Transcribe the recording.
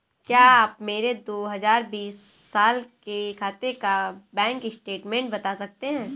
क्या आप मेरे दो हजार बीस साल के खाते का बैंक स्टेटमेंट बता सकते हैं?